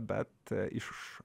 bet iš